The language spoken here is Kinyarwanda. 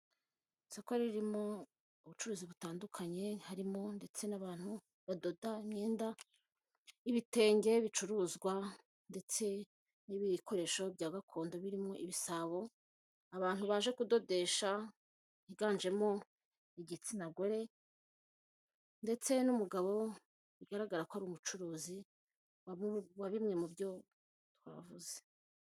Isoko ryubakiye ririmo ibiribwa bitandukanye bari gucuruza, ibyubaka umubiri, ibirinda indwara, ibitera imbaraga byose birimo, ni byiza kubirya harimo intoryi, harimo inyanya n' ibindi nk' ibitoki n' ibindi birahari.